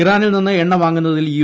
ഇറാനിൽ നിന്ന് എണ്ണ വാങ്ങുന്നതിൽ യു